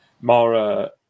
Mara